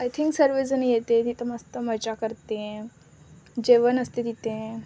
I think सर्वजणं येते तिथं मस्त मजा करते जेवण असते तिथे